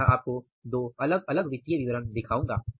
मैं आपको यहां दो अलग अलग वित्तीय विवरण दिखाऊंगा